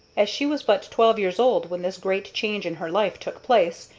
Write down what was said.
as she was but twelve years old when this great change in her life took place,